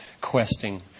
questing